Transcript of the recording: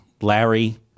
Larry